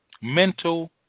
mental